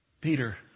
Peter